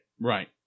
Right